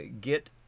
get